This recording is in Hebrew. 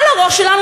על הראש שלנו,